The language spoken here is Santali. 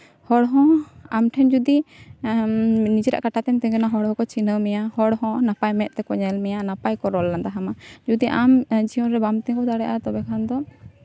ᱦᱚᱲ ᱦᱚᱸ ᱟᱢ ᱴᱷᱮᱱ ᱡᱩᱫᱤ ᱱᱤᱡᱮᱨᱟᱜ ᱠᱟᱴᱟ ᱛᱮᱢ ᱛᱤᱸᱜᱩᱱᱟ ᱦᱚᱲ ᱠᱚ ᱪᱤᱱᱦᱟᱹᱣ ᱢᱮᱭᱟ ᱦᱚᱲ ᱦᱚᱸ ᱱᱟᱯᱟᱭ ᱢᱮᱫ ᱛᱮᱠᱚ ᱧᱮᱞ ᱢᱮᱭᱟ ᱱᱟᱯᱟᱭ ᱠᱚ ᱨᱚᱲ ᱞᱟᱸᱫᱟ ᱟᱢᱟ ᱡᱩᱫᱤ ᱟᱢ ᱡᱤᱭᱚᱱ ᱨᱮ ᱵᱟᱢ ᱛᱤᱸᱜᱩ ᱫᱟᱲᱮᱭᱟᱜᱼᱟ ᱛᱚᱵᱮ ᱠᱷᱟᱱ ᱫᱚ